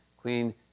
Queen